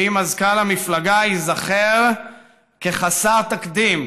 כשהיא מזכ"ל המפלגה, ייזכר כחסר תקדים: